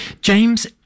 James